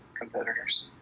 competitors